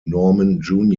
norman